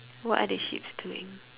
what are the sheeps doing